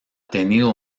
tenido